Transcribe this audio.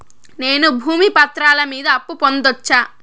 నేను భూమి పత్రాల మీద అప్పు పొందొచ్చా?